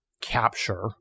capture